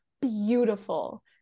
beautiful